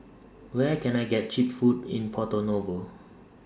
Where Can I get Cheap Food in Porto Novo